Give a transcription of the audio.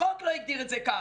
החוק לא הגדיר את זה כך,